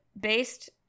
based